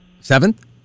Seventh